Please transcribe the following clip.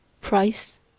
Price